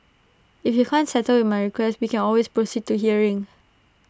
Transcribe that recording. if you can't settle with my request we can always proceed to hearing